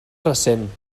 ressent